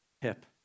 Hip